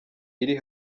iri